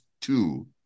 two